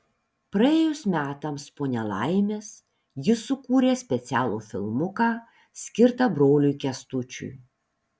praėjus metams po nelaimės ji sukūrė specialų filmuką skirtą broliui kęstučiui